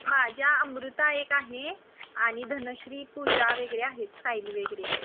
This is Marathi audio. माझ्या अमृता एक आहे आणि धनश्री पूजा वगैरे आहेत साईली वगैरे